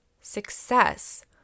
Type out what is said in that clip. success